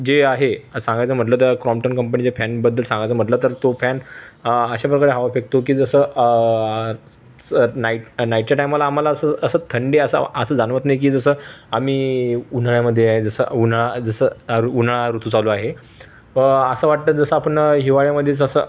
जे आहे सांगायचं म्हटलं तर क्रॉम्प्टन कंपनीच्या फॅनबद्दल सांगायचं म्हटलं तर तो फॅन अशा प्रकारे हवा फेकतो की जसं नाईट नाईटच्या टाईमला आम्हाला असं असं थंडी असं असा जाणवत नाही की जसं आम्ही उन्हाळ्यामध्ये आहे जसं उन्हाळा जसं अरु उन्हाळा ऋतू चालू आहे असं वाटतंय जसं आपण हिवाळ्यामध्ये जसं